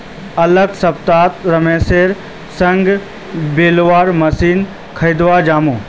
अगला हफ्ता महेशेर संग बेलर मशीन खरीदवा जामु